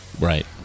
Right